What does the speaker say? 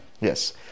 Yes